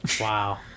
Wow